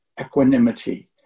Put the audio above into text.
Equanimity